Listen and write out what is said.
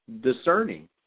discerning